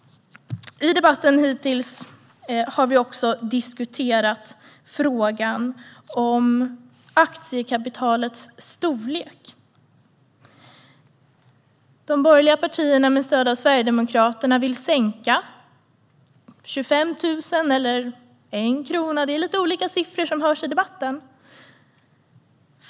I debatten hittills har vi också diskuterat frågan om aktiekapitalets storlek. De borgerliga partierna med stöd av Sverigedemokraterna vill sänka till 25 000 kronor eller 1 krona. Det är lite olika siffror som hörs i debatten.